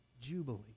jubilee